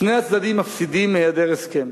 שני הצדדים מפסידים מהיעדר הסכם.